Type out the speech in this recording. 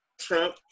Trump